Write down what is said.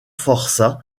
forçats